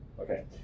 Okay